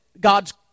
God's